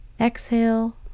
Exhale